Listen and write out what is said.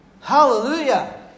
Hallelujah